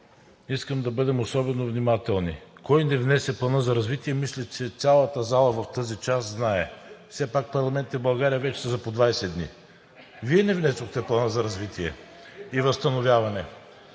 искам да бъдем особено внимателни. Кой не внесе Плана за развитие? Мисля, че цялата зала в тази част знае. Все пак парламентите в България вече са за по 20 дни. Вие не внесохте Плана за развитие и възстановяване,